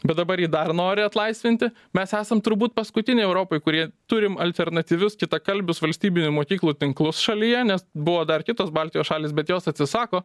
bet dabar jį dar nori atlaisvinti mes esam turbūt paskutiniai europoj kurie turim alternatyvius kitakalbius valstybinių mokyklų tinklus šalyje nes buvo dar kitos baltijos šalys bet jos atsisako